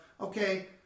okay